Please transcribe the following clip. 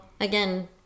again